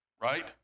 right